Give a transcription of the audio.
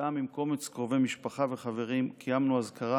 שם, עם קומץ קרובי משפחה וחברים, קיימנו אזכרה